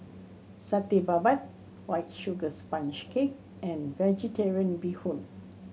Satay Babat White Sugar Sponge Cake and Vegetarian Bee Hoon